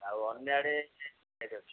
ଆଉ ଅନ୍ୟ ଆଡ଼େ ରେଟ୍ ଅଛି